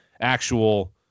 actual